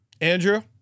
Andrew